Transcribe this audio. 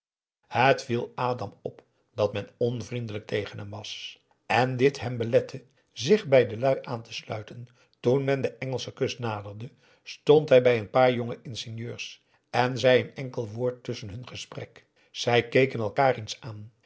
viel adam op dat men onvriendelijk tegen hem was en dit hem belette zich bij de lui aan te sluiten toen men de engelsche kust naderde stond hij bij een paar jonge ingenieurs en zei n enkel woord tusschen hun gesprek zij keken elkaar eens aan